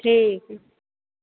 ठीक